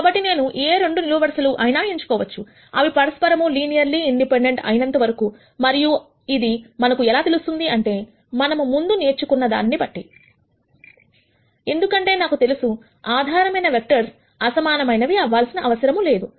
కాబట్టి నేను ఏ 2 నిలువుగా వరసలు అయినా ఎంచుకోవచ్చు అవి పరస్పరము లినియర్లీ ఇండిపెండెంట్ అయినంత వరకూ మరియు ఇది మనకు ఎలా తెలుస్తుంది అంటే మనం ముందు నేర్చుకున్న దానిని బట్టి ఎందుకంటే నాకు తెలుసు ఆధారమైన వెక్టర్స్ అసమానమైన అవ్వాల్సిన అవసరం లేదు